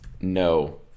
no